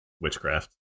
Witchcraft